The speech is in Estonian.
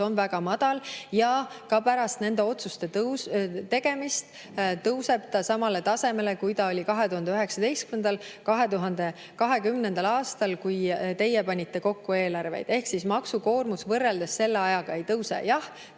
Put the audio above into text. on väga madal ja ka pärast nende otsuste tegemist tõuseb ta samale tasemele, kui ta oli 2019.–2020. aastal, kui teie panite kokku eelarveid. Ehk siis maksukoormus võrreldes selle ajaga ei tõuse. Jah,